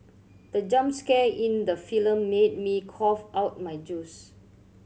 the jump scare in the film made me cough out my juice